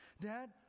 Dad